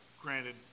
granted